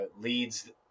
leads